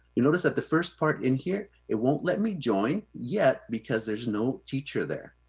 you notice that the first part in here, it won't let me join yet because there's no teacher there.